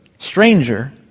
stranger